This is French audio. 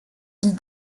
îles